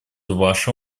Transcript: вашим